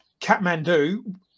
Kathmandu